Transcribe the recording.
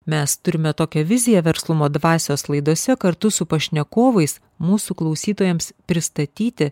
mes turime tokią viziją verslumo dvasios laidose kartu su pašnekovais mūsų klausytojams pristatyti